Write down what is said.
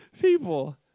people